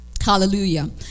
Hallelujah